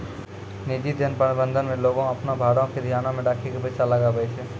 निजी धन प्रबंधन मे लोगें अपनो भारो के ध्यानो मे राखि के पैसा लगाबै छै